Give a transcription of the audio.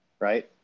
right